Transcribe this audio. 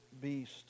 beast